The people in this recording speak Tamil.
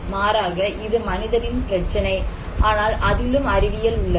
மாறாக இது மனிதனின் பிரச்சனை ஆனால் அதிலும் அறிவியல் உள்ளது